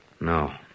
No